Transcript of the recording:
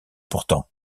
pourtant